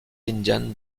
indians